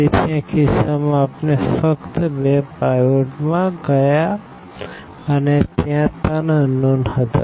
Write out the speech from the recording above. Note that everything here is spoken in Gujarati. તેથી આ કિસ્સામાં આપણે ફક્ત બે પાઈવોટમાં ગયા અને ત્યાં ત્રણ અનનોન હતા